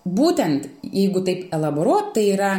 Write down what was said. būtent jeigu taip laboruot tai yra